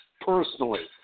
personally